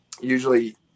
usually